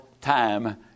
time